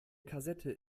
kassette